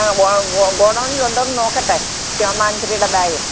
ആ വോ ഗോ ഗോഡൗണിലുണ്ടോ എന്ന് നോക്കട്ടെ ടോം ആൻഡ് ജെറിയുടെ ബാഗ്